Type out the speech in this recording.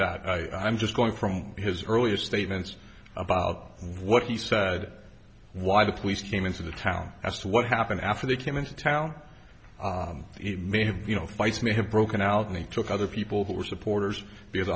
that i i'm just going from his earlier statements about what he said why the police came into the town as to what happened after they came into town he may have you know fights may have broken out and he took other people who were supporters because